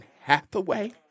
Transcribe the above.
Hathaway